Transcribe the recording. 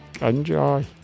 Enjoy